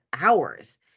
hours